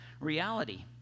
reality